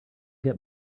get